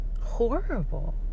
horrible